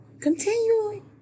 Continue